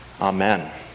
Amen